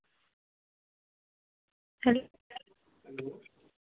hello